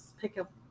pickup